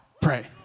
pray